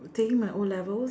taking my o-levels